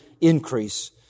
increase